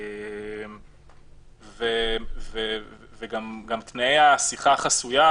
גם תנאי השיחה החסויה